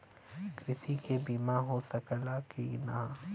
कृषि के बिमा हो सकला की ना?